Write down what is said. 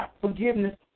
forgiveness